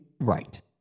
Right